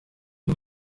und